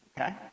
okay